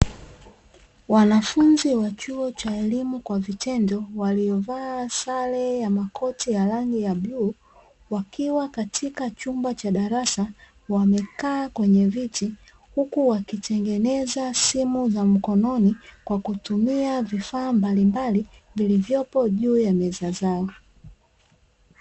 Wanafunzi wa chuo cha elimu kwa vitendo waliovaa sare ya makoti ya rangi ya bluu, wakiwa katika chumba cha darasa wamekaa kwenye viti, huku wakitengeneza simu za mkononi kwa kutumia vifaa mbalimbali vilivyopo juu ya meza zao.